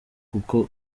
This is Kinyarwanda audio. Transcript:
kuko